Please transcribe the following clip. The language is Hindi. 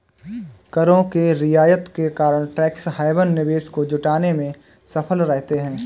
करों के रियायत के कारण टैक्स हैवन निवेश को जुटाने में सफल रहते हैं